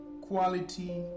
quality